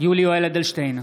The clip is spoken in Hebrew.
יולי יואל אדלשטיין,